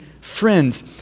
friends